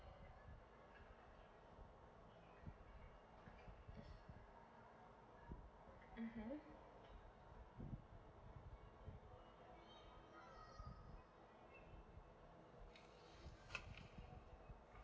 mmhmm